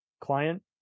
client